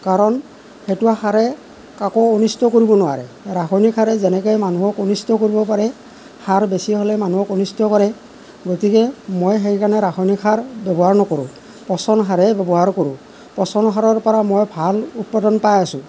কাৰণ সেইটো সাৰে কাকো অনিষ্ট নকৰে ৰাসায়নিক সাৰে মানুহক যেনেকে অনিষ্ট কৰিব পাৰে সাৰ বেছি হ'লে মানুহক অনিষ্ট কৰে গতিকে মই সেইকাৰণে ৰাসায়নিক সাৰ ব্যৱহাৰ নকৰোঁ পচন সাৰেই ব্যৱহাৰ কৰোঁ পচন সাৰৰ পৰা মই ভাল উৎপাদান পায় আছো